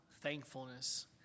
thankfulness